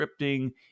scripting